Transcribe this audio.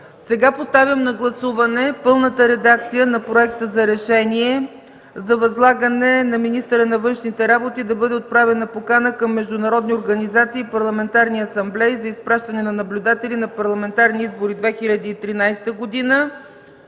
Поставям на гласуване пълната редакция на Проекта за решение за възлагане на министъра на външните работи да бъде отправена покана към международни организации и парламентарни асамблеи за изпращане на наблюдатели на Парламентарни избори 2013 г.